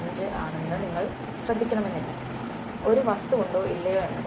5 ആണെന്ന് നിങ്ങൾ ശ്രദ്ധിക്കണമെന്നില്ല ഒരു വസ്തുവുണ്ടോ ഇല്ലയോ എന്നത്